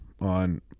on